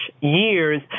years